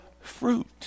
fruit